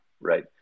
right